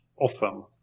often